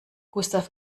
gustav